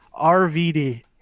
RVD